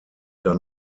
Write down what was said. dann